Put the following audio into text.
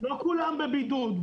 לא כולם בבידוד.